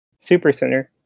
Supercenter